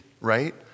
right